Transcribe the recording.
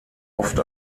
oft